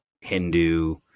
Hindu